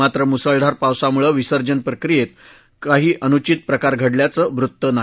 मात्र मुसळधार पावसामुळं विसर्जनप्रक्रीयेत कोणताही अनुचित प्रकार घडल्याचं वृत्त नाही